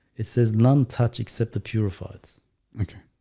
it says none touch except the purified okay,